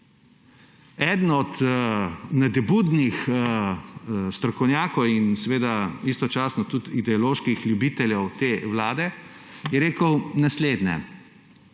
Eden od nadobudnih strokovnjakov in istočasno tudi ideoloških ljubiteljev te vlade je rekel naslednje: